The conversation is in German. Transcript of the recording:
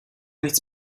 nichts